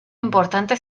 importante